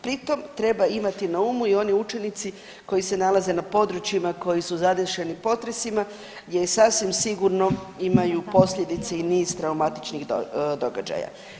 Pri tome treba imati na umu i oni učenici koji se nalaze na područjima koji su zadešeni potresima gdje sasvim sigurno imaju posljedice i niz traumatičnih događaja.